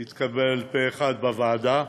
זה התקבל פה אחד בוועדה,